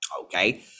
okay